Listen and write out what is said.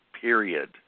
period